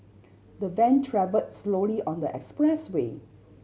the van travel slowly on the expressway